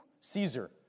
Caesar